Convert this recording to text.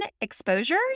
exposures